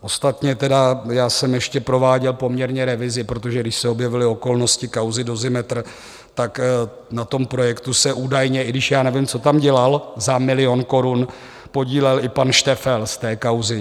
Ostatně tedy já jsem ještě prováděl poměrně revizi, protože když se objevily okolnosti kauzy Dozimetr, tak na tom projektu se údajně, i když já nevím, co tam dělal za milion korun, podílel i pan Šteffel z té kauzy.